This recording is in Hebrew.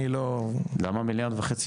אני לא -- למה מיליארד וחצי,